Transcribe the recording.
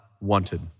wanted